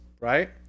right